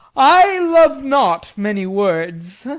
i love not many words.